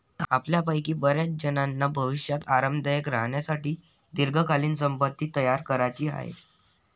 आपल्यापैकी बर्याचजणांना भविष्यात आरामदायक राहण्यासाठी दीर्घकालीन संपत्ती तयार करायची आहे